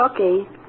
Okay